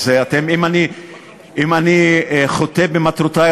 אז אם אני חוטא במטרותי,